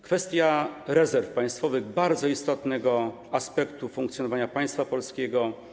Kwestia rezerw państwowych, bardzo istotnego aspektu funkcjonowania państwa polskiego.